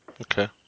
Okay